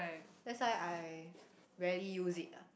that's why I rarely use it ah